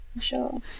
Sure